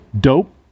dope